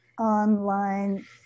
online